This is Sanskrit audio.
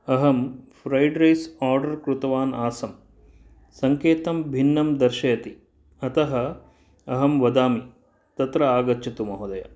अहं फ्रैड् रैस् आर्डर् कृतवान् आसम् सङ्केतं भिन्नं दर्शयति अतः अहं वदामि तत्र आगच्छतु महोदय